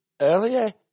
Earlier